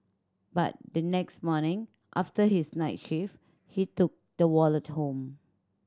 but the next morning after his night shift he took the wallet home